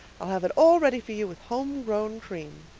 i'll have it all ready for you with home-grown cream.